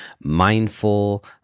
mindful